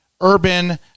urban